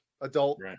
adult